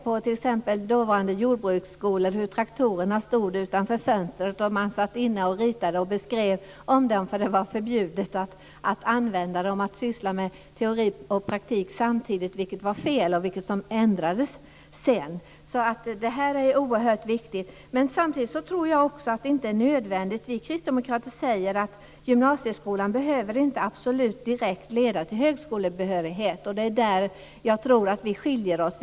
På de dåvarande jordbruksskolorna stod traktorerna utanför fönstret. Eleverna satt inne och ritade och beskrev dem. Det var förbjudet att använda dem. Man fick inte syssla med teori och praktik samtidigt, vilket var fel och sedan ändrades. Det är oerhört viktigt. Vi kristdemokrater säger att gymnasieskolan inte nödvändigtvis behöver leda direkt till högskolebehörighet. Där tror jag att vi skiljer oss.